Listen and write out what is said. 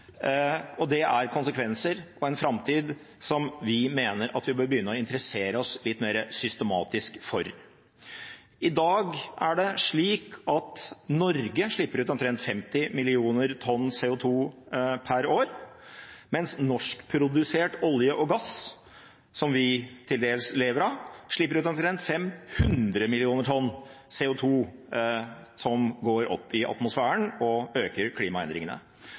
og det er konsekvenser og en framtid som vi mener at vi bør begynne å interessere oss litt mer systematisk for. I dag er det slik at Norge slipper ut omtrent 50 millioner tonn CO 2 per år, mens norskprodusert olje og gass, som vi til dels lever av, slipper ut omtrent 500 millioner tonn CO 2 , som går opp i atmosfæren og øker klimaendringene.